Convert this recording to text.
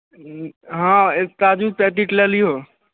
हॅं एक काजू पैकेट लै लिहो